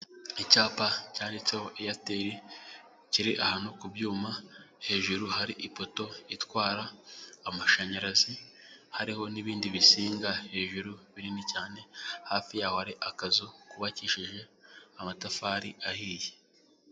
Icyapa cyaditseho Airtel kiri ahantu ku byuma, hejuru hari ipoto itwara amashanyarazi, hariho n'ibindi bitsinga hejuru binini cyane, hafi yaho hari akazu kubakishije amatafari ahiye.